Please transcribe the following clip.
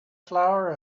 flower